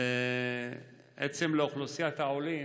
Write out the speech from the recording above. בעצם לאוכלוסיית העולים,